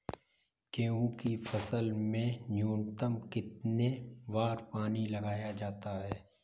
गेहूँ की फसल में न्यूनतम कितने बार पानी लगाया जाता है?